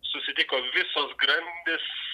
susitikom visos grandys